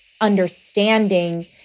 understanding